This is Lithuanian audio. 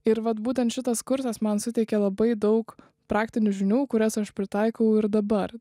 ir vat būtent šitas kursas man suteikė labai daug praktinių žinių kurias aš pritaikau ir dabar